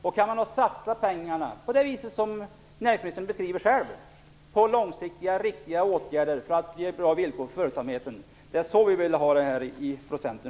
Vi vill från Centerns sida ha en sådan satsning som näringsministern själv beskriver, på långsiktiga och riktiga åtgärder för att ge bra villkor för företagsamheten.